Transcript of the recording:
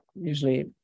usually